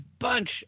bunch